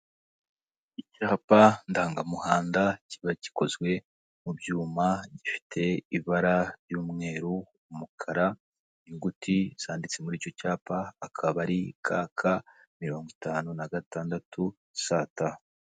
Icyapa ndangamuhanda kiba gikozwe mu byuma, gifite ibara ry'umweru, umukara, inyuguti zanditse muri icyo cyapa, akaba ari KK mirongo itanu na gatandatu ST.